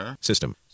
System